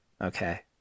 Okay